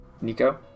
Nico